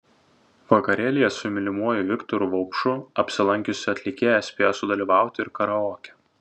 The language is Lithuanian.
vakarėlyje su mylimuoju viktoru vaupšu apsilankiusi atlikėja spėjo sudalyvauti ir karaoke